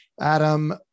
Adam